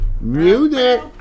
music